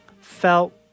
felt